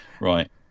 Right